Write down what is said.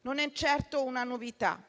Non è certo una novità;